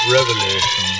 Revelation